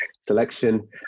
selection